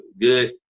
good